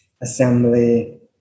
Assembly